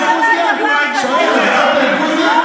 לא קרה דבר כזה.